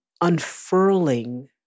unfurling